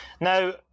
Now